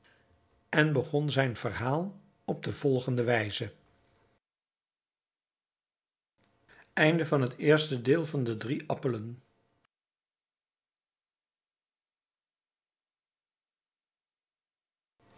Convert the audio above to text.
en begon zijn verhaal op de volgende wijze